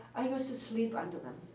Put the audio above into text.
i used to sleep under them.